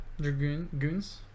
Dragoon's